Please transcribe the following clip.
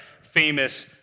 famous